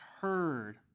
heard